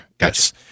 Yes